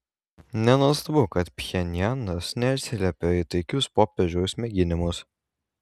nenuostabu kad pchenjanas neatsiliepė į taikius popiežiaus mėginimus